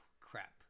crap